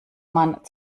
man